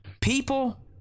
people